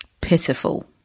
pitiful